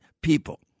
people